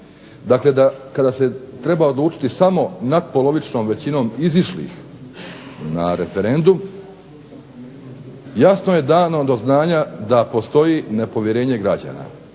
dakle kada se treba odlučiti samo natpolovičnom većinom izišlih na referendum jasno je dano do znanja da postoji nepovjerenje građana.